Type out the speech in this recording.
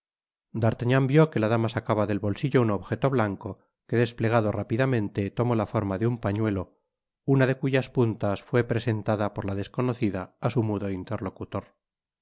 vió que la dama sacaba del bolsillo un objeto blanco que des plegado rápidamente tomó la forma de un pañuelo una de cuyas puntas fué presentada por la desconocida á su mudo interlocutor